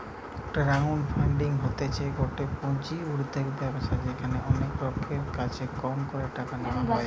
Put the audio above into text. crowd funding হতিছে গটে পুঁজি উর্ধের ব্যবস্থা যেখানে অনেক লোকের কাছে কম করে টাকা নেওয়া হয়